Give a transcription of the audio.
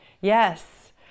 Yes